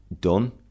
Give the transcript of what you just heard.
done